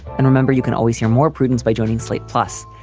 and remember, you can always hear more prudence by joining slate. plus,